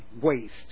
waste